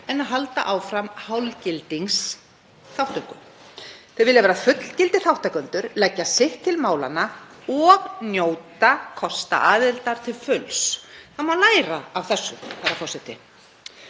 en að halda áfram hálfgildingsþátttöku. Þau vilja vera fullgildir þátttakendur, leggja sitt til málanna og njóta kosta aðildar til fulls. Það má læra af þessu, herra forseti.